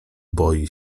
boi